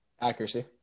Accuracy